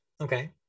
okay